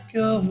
go